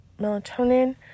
melatonin